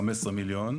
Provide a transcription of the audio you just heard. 15,000,000,